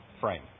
frame